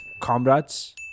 comrades